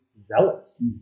zealous